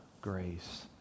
grace